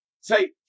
Say